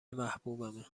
محبوبمه